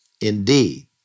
Indeed